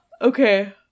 okay